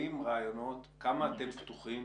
כמה אתם פתוחים